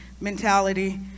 mentality